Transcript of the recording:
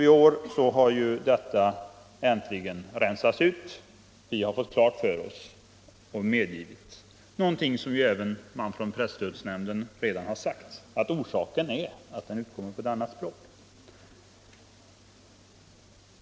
I år har vi äntligen fått klart för oss någonting som redan sagts från presstödsnämnden, nämligen att orsaken är att tidningen utkommer på ett annat språk.